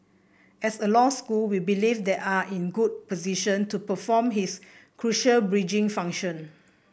as a law school we believe that are in a good position to perform his crucial bridging function